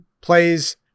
plays